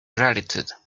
gratitude